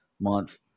Month